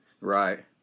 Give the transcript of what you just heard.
Right